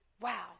Wow